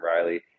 riley